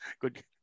good